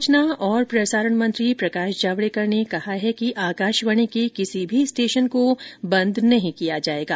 सूचना और प्रसारण मंत्री प्रकाश जावड़ेकर ने कहा है कि आकाशवाणी के किसी भी स्टेशन को बंद नहीं किया जाएगा